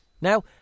Now